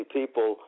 people